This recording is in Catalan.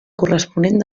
corresponent